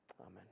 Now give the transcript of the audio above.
Amen